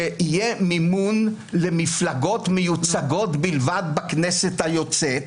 שיהיה מימון למפלגות מיוצגות בלבד בכנסת היוצאת,